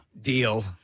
deal